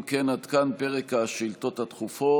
אם כן, עד כאן פרק השאילתות הדחופות.